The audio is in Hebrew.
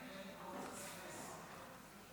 אדוני היושב